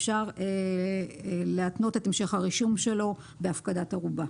אפשר להתנות את המשך הרישום שלו בהפקדת ערובה.